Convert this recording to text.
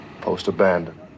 Post-abandoned